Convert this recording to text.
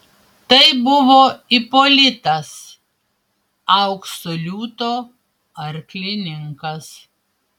tai buvo ipolitas aukso liūto arklininkas